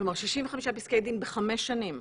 --- כלומר 65 פסקי דין בשש שנים?